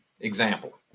example